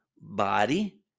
body